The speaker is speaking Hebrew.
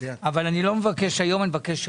אבל אני לא מבקש היום אלא אני מבקש בעוד